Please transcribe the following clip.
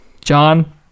John